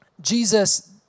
Jesus